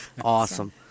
Awesome